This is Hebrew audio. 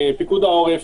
פיקוד העורף,